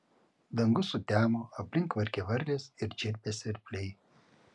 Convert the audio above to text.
dangus sutemo aplink kvarkė varlės ir čirpė svirpliai